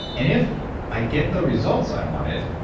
and if i get the results i wanted,